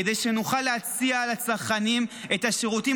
כדי שנוכל להציע לצרכנים את השירותים